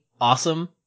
awesome